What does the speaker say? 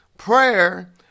Prayer